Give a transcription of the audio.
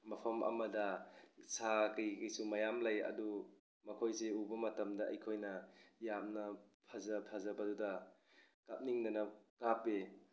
ꯃꯐꯝ ꯑꯃꯗ ꯁꯥ ꯀꯩꯀꯩꯁꯨ ꯃꯌꯥꯝ ꯂꯩ ꯑꯗꯨ ꯃꯈꯣꯏꯁꯤ ꯎꯕ ꯃꯇꯝꯗ ꯑꯩꯈꯣꯏꯅ ꯌꯥꯝꯅ ꯐꯖꯕꯗꯨꯗ ꯀꯥꯞꯅꯤꯡꯗꯅ ꯀꯥꯞꯄꯤ